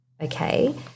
okay